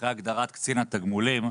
אחרי הגדרת 'קצין התגמולים'